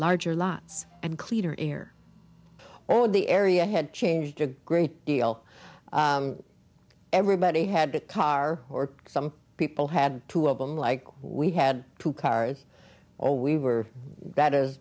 larger lots and cleaner air oh the area had changed a great deal everybody had a car or some people had two of them like we had two cars or we were